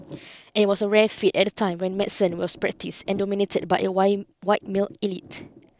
it was a rare feat at a time when medicine was practised and dominated by a white white male elite